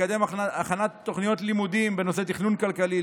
לקדם הכנת תוכניות לימודים בנושאי תכנון כלכלי,